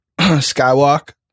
skywalk